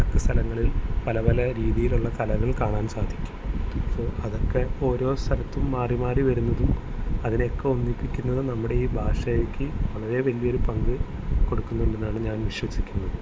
വടക്ക് സ്ഥലങ്ങളിൽ പല പല രീതിയിലുള്ള കലകൾ കാണാൻ സാധിക്കും അപ്പോള് അതൊക്കെ ഓരോ സ്ഥലത്തും മാറി മാറി വരുന്നതും അതിനെയൊക്കെ ഒന്നിപ്പിക്കുന്നത് നമ്മുടെയീ ഭാഷയ്ക്ക് വളരെ വലിയൊരു പങ്ക് കൊടുക്കുന്നുണ്ടെന്നാണ് ഞാന് വിശ്വസിക്കുന്നത്